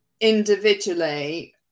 individually